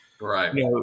Right